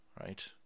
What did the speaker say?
right